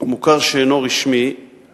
המוכר שאינו רשמי,